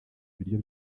ibiryo